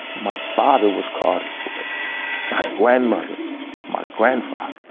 my father was called sort of my grandmother my grandfather.